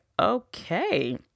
okay